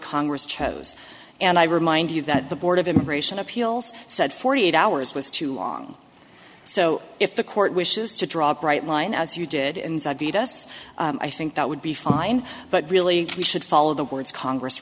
congress chose and i remind you that the board of immigration appeals said forty eight hours was too long so if the court wishes to drop right line as you did inside beat us i think that would be fine but really we should follow the words congress